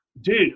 Dude